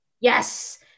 Yes